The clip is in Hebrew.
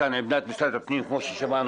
אתם בדעה, אגב, שצריך להפסיק את ההסדר הזה?